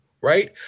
right